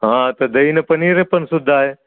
हां तर दहीया आणि पनीर पण सुद्धा आहे